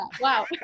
wow